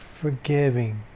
forgiving